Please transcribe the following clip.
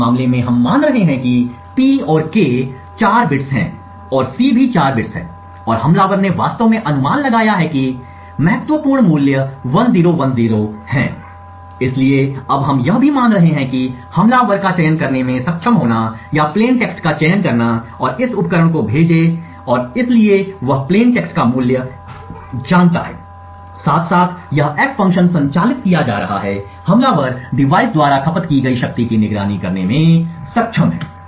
तो इस मामले में हम मान रहे हैं कि P और K 4 बिट्स हैं और C भी 4 बिट्स हैं और हमलावर ने वास्तव में अनुमान लगाया है कि महत्वपूर्ण मूल्य 1010 है इसलिए अब हम यह भी मान रहे हैं कि हमलावर का चयन करने में सक्षम है या प्लेन टेक्स्ट का चयन करें और इस उपकरण को भेजे और इसलिए वह प्लेन टेक्स्ट का मूल्य जानता है साथ साथ यह F फ़ंक्शन संचालित किया जा रहा है हमलावर डिवाइस द्वारा खपत की गई शक्ति की निगरानी करने में सक्षम है